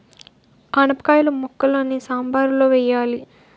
ఆనపకాయిల ముక్కలని సాంబారులో వెయ్యాలి